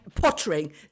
pottering